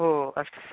ओ अस्तु